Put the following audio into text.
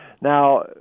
Now